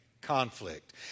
conflict